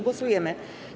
Głosujemy.